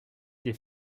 des